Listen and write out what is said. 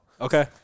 Okay